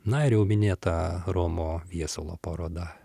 na ir jau minėta romo viesulo paroda